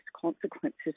consequences